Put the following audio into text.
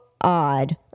odd